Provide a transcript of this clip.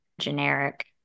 generic